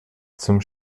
zum